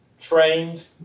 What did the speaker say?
trained